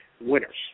winners